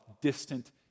distant